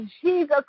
Jesus